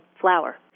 flower